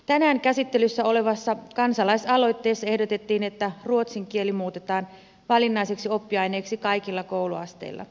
tänään käsittelyssä olevassa kansalaisaloitteessa ehdotettiin että ruotsin kieli muutetaan valinnaiseksi oppiaineeksi kaikilla kouluasteilla